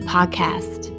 Podcast